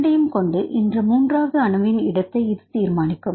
இரண்டையும் கொண்டு இந்த மூன்றாவது அணுவின் இடத்தை இது தீர்மானிக்கும்